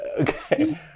Okay